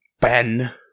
Ben